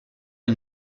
une